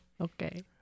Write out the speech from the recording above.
okay